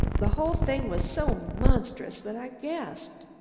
the whole thing was so monstrous that i gasped.